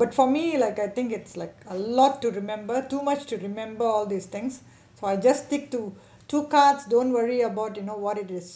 but for me like I think it's like a lot to remember too much to remember all these things so I just stick to two cards don't worry about you know what it is